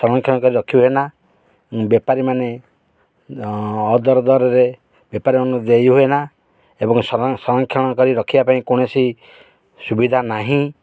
ସଂରକ୍ଷଣ କରି ରଖି ହୁଏନା ବେପାରୀମାନେ ଅଦର ଦରରେ ବେପାରୀମାନଙ୍କୁ ଦେଇ ହୁଏନା ଏବଂ ସଂରକ୍ଷଣ କରି ରଖିବା ପାଇଁ କୌଣସି ସୁବିଧା ନାହିଁ